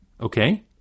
okay